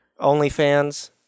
OnlyFans